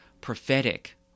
prophetic